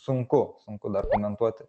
sunku sunku dar komentuoti